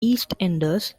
eastenders